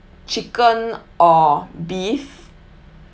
chicken or beef